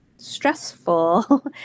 stressful